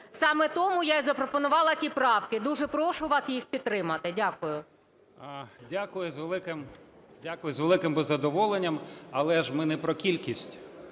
Саме тому я і запропонувала ті правки. Дуже прошу вас їх підтримати. Дякую. 16:38:03 ТКАЧЕНКО О.В. Дякую. З великим би задоволенням. Але ж ми не про кількість,